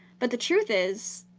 but the truth is,